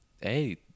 hey